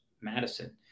Madison